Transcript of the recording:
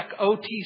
OTC